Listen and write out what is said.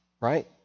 Right